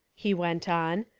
he went on,